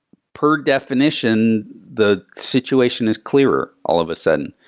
per definition the situation is clearer all of a sudden.